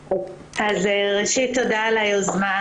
ראשית, תודה על היוזמה.